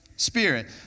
Spirit